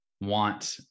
Want